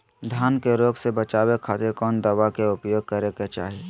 धान के रोग से बचावे खातिर कौन दवा के उपयोग करें कि चाहे?